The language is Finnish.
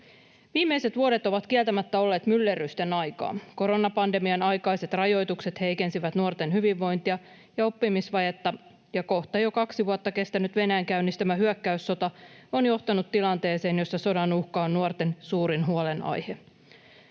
Viimeiset vuodet ovat kieltämättä olleet myllerrysten aikaa. Koronapandemian aikaiset rajoitukset heikensivät nuorten hyvinvointia ja oppimisvajetta, ja kohta jo kaksi vuotta kestänyt Venäjän käynnistämä hyökkäyssota on johtanut tilanteeseen, jossa sodan uhka on nuorten suurin huolenaihe.